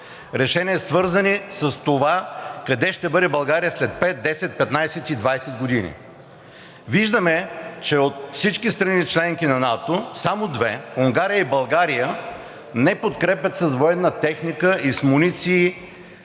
решения, свързани с това къде ще бъде България след 5, 10, 15 и 20 години. Виждаме, че от всички страни – членки на НАТО, само две – Унгария и България – не подкрепят с военна техника и с муниции